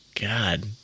God